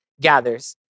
gathers